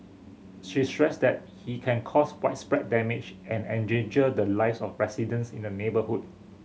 she stressed that he can caused widespread damage and endangered the lives of residents in the neighbourhood